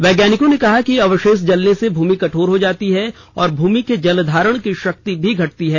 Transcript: वैज्ञानिकों ने कहा की अवशेष जलने से भूमि कठोर हो जाती है और भूमि के जल धारण की शक्ति भी घटती है